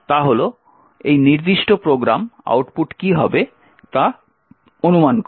তা হল এই নির্দিষ্ট প্রোগ্রাম আউটপুট কী হবে তা অনুমান করা